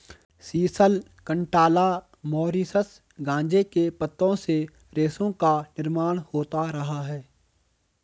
sisal, कंटाला, Mauritius गांजे के पत्तों से रेशों का निर्माण होता रहा है